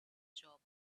job